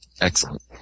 Excellent